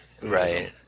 Right